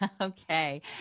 Okay